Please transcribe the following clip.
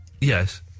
Yes